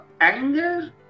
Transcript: anger